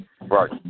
Right